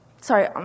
Sorry